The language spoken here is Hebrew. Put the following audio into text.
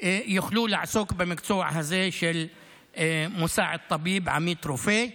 יוכלו לעסוק במקצוע מוסעד ט'ביב, עמית רופא.